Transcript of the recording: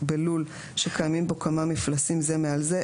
בלול שקיימים בו כמה מפלסים זה מעל זה,